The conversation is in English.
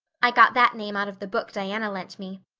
i got that name out of the book diana lent me.